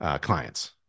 clients